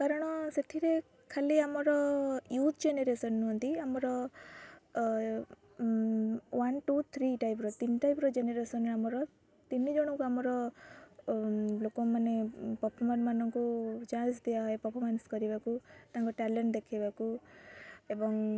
କାରଣ ସେଥିରେ ଖାଲି ଆମର ୟୁଥ୍ ଜେନେରେସନ୍ ନୁହଁନ୍ତି ଆମର ୱାନ୍ ଟୁ ଥ୍ରୀ ଟାଇପ୍ର ତିନି ଟାଇପ୍ର ଜେନେରେସନ୍ରେ ଆମର ତିନି ଜଣଙ୍କୁ ଆମର ଲୋକମାନେ ପ୍ରଫୋମର୍ ମାନଙ୍କୁ ଚାନ୍ସ୍ ଦିଆହୁଏ ପ୍ରଫମାନ୍ସ୍ କରିବାକୁ ତାଙ୍କ ଟ୍ୟାଲେଣ୍ଟ୍ ଦେଖାଇବାକୁ ଏବଂ